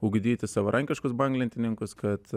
ugdyti savarankiškus banglentininkus kad